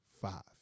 five